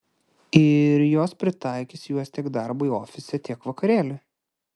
ir jos pritaikys juos tiek darbui ofise tiek vakarėliui